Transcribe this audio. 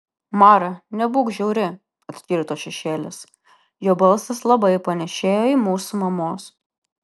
mara nebūk žiauri atkirto šešėlis jo balsas labai panėšėjo į mūsų mamos